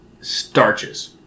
starches